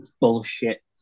bullshit